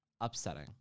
upsetting